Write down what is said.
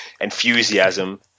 enthusiasm